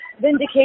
vindication